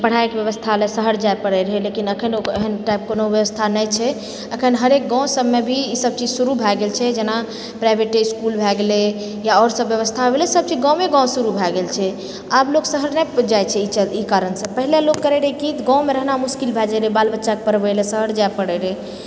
पढ़ाइके व्यवस्था लए शहर जाए पड़ै रहै लेकिन एखनि ओहन टाइप कोनो व्यवस्था नहि छै अखन हरेक गाँव सबमे भी ई सब चीज शुरू भए गेल छै जेना प्राइवेटे इसकुल भए गेलए या आओर सब व्यवस्था भेलै सबचीज गाँवे गाँव शुरू भए गेल छै आब लोक शहर नहि जाइत छै ई कारणसँ पहिले लोक करैत रहै कि गाँवमे रहना मुश्किल भए जाइत रहै बाल बच्चाकेँ पढ़बै लऽ शहर जाए पड़ै रहै